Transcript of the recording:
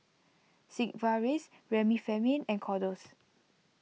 Sigvaris Remifemin and Kordel's